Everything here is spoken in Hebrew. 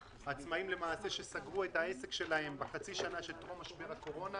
עצמאים שסגרו את העסק שלהם בחצי השנה שטרום משבר הקורונה